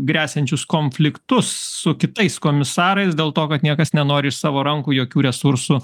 gresiančius konfliktus su kitais komisarais dėl to kad niekas nenori iš savo rankų jokių resursų